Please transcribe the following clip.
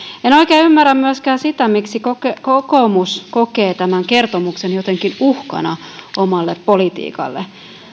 en oikein ymmärrä myöskään sitä miksi kokoomus kokee tämän kertomuksen jotenkin uhkana omalle politiikalleen